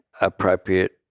appropriate